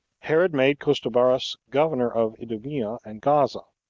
herod made costobarus governor of idumea and gaza,